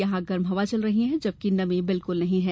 वहां गर्म हवा चल रही है जबकि नमी बिलक्ल नहीं है